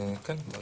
כן.